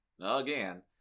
again